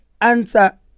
answer